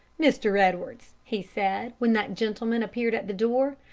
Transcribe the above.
mr. edwards, he said, when that gentleman appeared at the door,